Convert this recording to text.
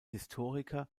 historiker